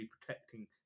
protecting